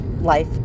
life